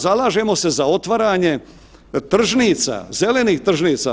Zalažemo se za otvaranje tržnica, zelenih tržnica.